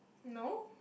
no